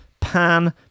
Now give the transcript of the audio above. pan